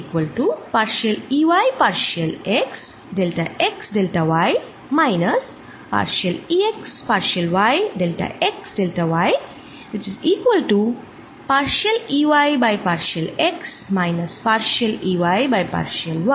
তোমরা ভেক্টর চিহ্নিতকরনের সাথে অপরিচিত নও